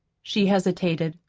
she hesitated,